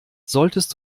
solltest